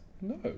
no